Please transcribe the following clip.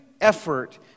effort